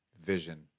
Vision